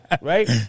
right